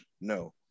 No